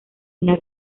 una